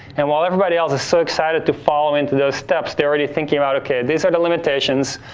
and while everybody else is so excited to fall into those steps. they're already thinking about, okay, these are the limitation.